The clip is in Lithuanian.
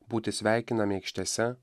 būti sveikinami aikštėse